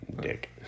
Dick